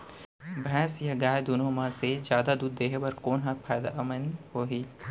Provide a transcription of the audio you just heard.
भैंस या गाय दुनो म से जादा दूध देहे बर कोन ह फायदामंद होही?